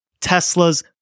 Tesla's